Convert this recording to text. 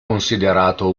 considerato